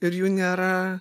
ir jų nėra